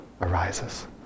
arises